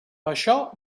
això